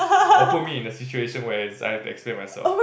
or put me in a situation where I have to explain myself